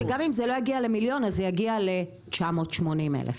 שגם אם זה לא יגיע ל- מיליון אז זה יגיע ל- 980 אלף.